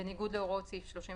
בניגוד להוראות סעיף 33,